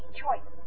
choice